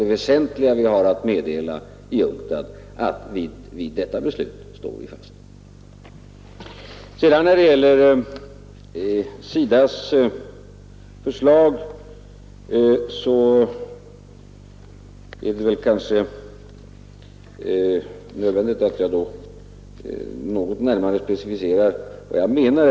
Det väsentliga vi har att meddela i UNCTAD är att vid detta beslut står vi fast. När det gäller SIDA:s förslag är det kanske nödvändigt att jag något närmare specificerar vad jag menade.